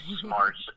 smart